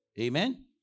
Amen